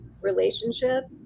relationship